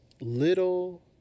little